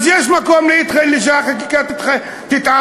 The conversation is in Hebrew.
אז יש מקום שהחקיקה תתערב.